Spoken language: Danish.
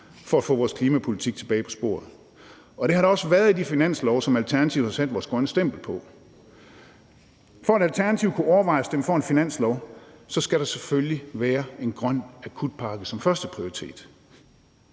for at få vores klimapolitik tilbage på sporet, og det har der også været i de finanslove, som Alternativet har sat sit grønne stempel på. Kl. 15:54 For at Alternativet kunne overveje at stemme for en finanslov, skulle der selvfølgelig være en grøn akutpakke som førsteprioritet.